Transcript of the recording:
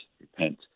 repent